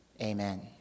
Amen